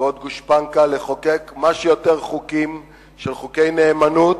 ועוד גושפנקה לחוקק כמה שיותר חוקים שהם חוקי נאמנות,